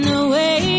away